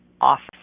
office